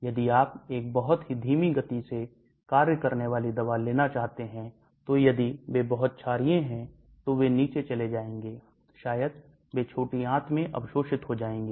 यदि आप एक बहुत ही धीमी गति से कार्य करने वाली दवा लेना चाहते हैं तो यदि वे बहुत छारीय हैं तो वे नीचे चले जाएंगे शायद वे छोटी आंत में अवशोषित हो जाएंगे